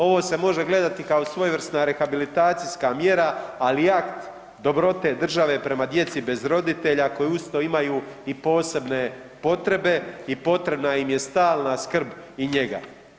Ovo se može gledati kao svojevrsna rehabilitacijska mjera, ali i akt dobrote države prema djeci bez roditelja koji uz to imaju i posebne potrebe i potrebna im je stalna skrb i njega.